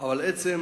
אבל לעשות